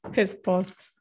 respostas